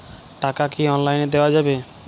টাকা কি অনলাইনে দেওয়া যাবে?